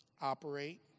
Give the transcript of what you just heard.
Operate